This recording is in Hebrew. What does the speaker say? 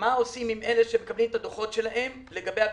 מה עושים עם אלה שמקבלים את הדוחות שלהם לגבי הקיזוז?